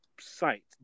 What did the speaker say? site